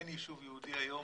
אין יישוב יהודי היום,